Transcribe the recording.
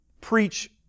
preach